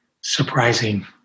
surprising